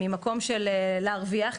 ממקום של להרוויח,